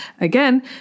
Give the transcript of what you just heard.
again